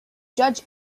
judge